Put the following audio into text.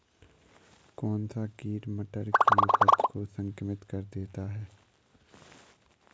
कौन सा कीट मटर की उपज को संक्रमित कर देता है?